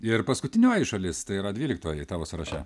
ir paskutinioji šalis tai yra dvyliktoji tavo sąraše